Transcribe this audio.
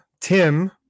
Tim